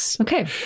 okay